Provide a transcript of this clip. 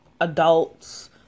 adults